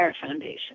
Foundation